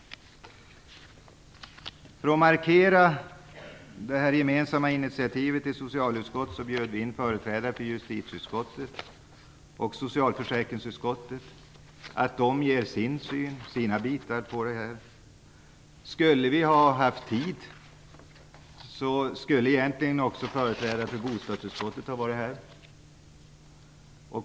För att markera det här gemensamma initiativet i socialutskottet bjöd vi in företrädare för justitie och socialförsäkringsutskottet som fick ge sin syn på det här. Skulle vi ha haft tid skulle egentligen också företrädaren för bostadsutskottet varit här.